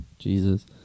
Jesus